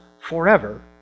forever